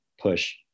push